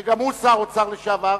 שגם הוא שר אוצר לשעבר,